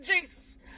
Jesus